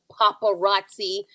paparazzi